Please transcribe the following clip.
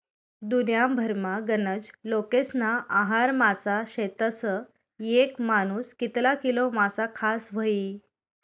दुन्याभरमा गनज लोकेस्ना आहार मासा शेतस, येक मानूस कितला किलो मासा खास व्हयी?